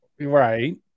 Right